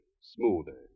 smoother